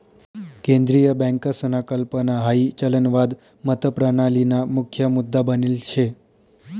केंद्रीय बँकसना कल्पना हाई चलनवाद मतप्रणालीना मुख्य मुद्दा बनेल शे